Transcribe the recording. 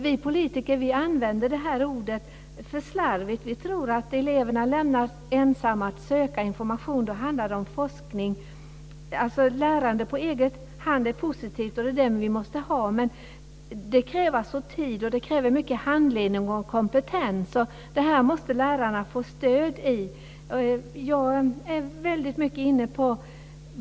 Vi politiker använder det här ordet för slarvigt. Vi tror att när eleverna lämnas ensamma att söka information handlar det om forskning. Lärande på egen hand är positivt, och det är det vi måste ha, men det kräver mycket tid, handledning och kompetens. Det här måste lärarna få stöd i.